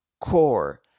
core